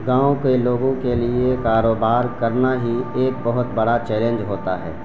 گاؤں کے لوگوں کے لیے کاروبار کرنا ہی ایک بہت بڑا چیلنج ہوتا ہے